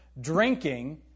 Drinking